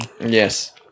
Yes